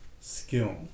skill